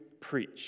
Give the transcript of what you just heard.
preach